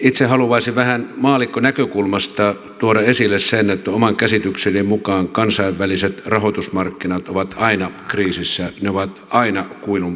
itse haluaisin vähän maallikkonäkökulmasta tuoda esille sen että oman käsitykseni mukaan kansainväliset rahoitusmarkkinat ovat aina kriisissä ne ovat aina kuilun partaalla